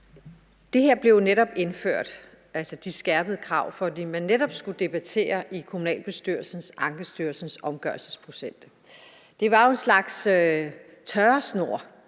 Det her blev netop indført, altså de skærpede krav, fordi man netop i kommunalbestyrelsen skulle debattere Ankestyrelsens omgørelsesprocent. Det var jo en slags tørresnor